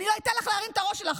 אני לא אתן לך להרים את הראש שלך,